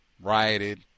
rioted